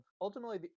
ultimately